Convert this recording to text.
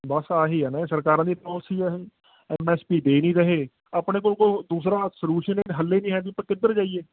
ਬਸ ਆਹੀ ਹੈ ਨਾ ਸਰਕਾਰਾਂ ਦੀ ਪੋਲਸੀ ਆ ਇਹ ਐੱਸ ਪੀ ਦੇ ਨਹੀਂ ਰਹੇ ਆਪਣੇ ਕੋਲ ਕੋਈ ਦੂਸਰਾ ਸਲਿਊਸ਼ਨ ਹਲ ਏ ਨਹੀਂ ਹੈ ਵੀ ਆਪਾਂ ਕਿੱਧਰ ਜਾਈਏ